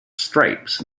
stripes